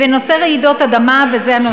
ובנושא רעידות אדמה, וזה הנושא האחרון.